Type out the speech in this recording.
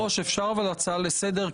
אדוני היושב-ראש, אפשר אבל הצעה לסדר?